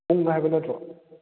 ꯄꯨꯡ ꯍꯥꯏꯕ ꯅꯠꯇ꯭ꯔꯣ